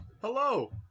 hello